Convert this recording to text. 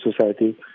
society